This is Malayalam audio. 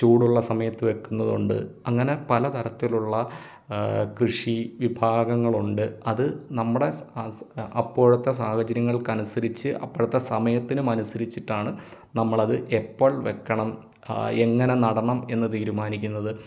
ചൂടുള്ള സമയത്ത് വയ്ക്കുന്നതുണ്ട് അങ്ങനെ പലതരത്തിലുള്ള കൃഷി വിഭാഗങ്ങളുണ്ട് അത് നമ്മുടെ അപ്പോഴത്തെ സാഹചര്യങ്ങൾക്കനുസരിച്ച് അപ്പോഴത്തെ സമയത്തിനും അനുസരിച്ചിട്ടാണ് നമ്മൾ അത് എപ്പം വയ്ക്കണം എങ്ങനെ നടണം എന്ന് തീരുമാനിക്കുന്നത്